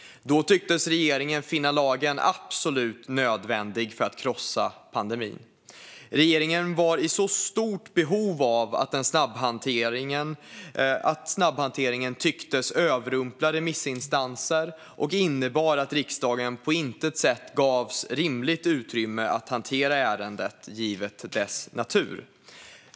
Då tycktes regeringen finna lagen absolut nödvändig för att krossa pandemin. Regeringen var i så stort behov av den att snabbhanteringen tycktes överrumpla remissinstanser och innebar att riksdagen på intet sätt gavs rimligt utrymme att hantera ärendet givet dess natur.